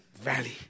Valley